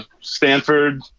Stanford